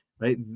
right